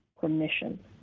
permission